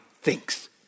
thinks